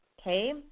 okay